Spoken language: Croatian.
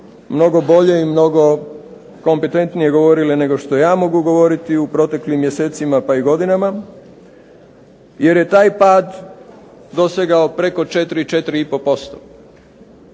mnogo bolje i mnogo kompetentnije govorile nego što ja mogu govoriti u proteklim mjesecima pa i godinama jer je taj pad dosegao preko 4, 4,5%.